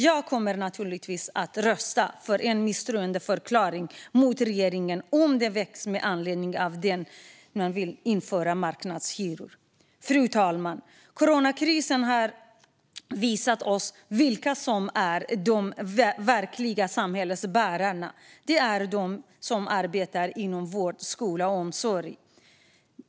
Jag kommer naturligtvis att rösta för en misstroendeförklaring mot regeringen om frågan väcks med anledning av att man vill införa marknadshyror. Fru talman! Coronakrisen har visat oss vilka som är de verkliga samhällsbärarna. Det är de som arbetar inom vård, skola och omsorg.